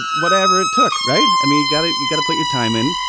whatever it took. right. i mean, you got it. you gotta put your time in.